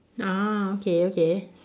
ah okay okay